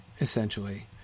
essentially